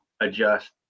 adjust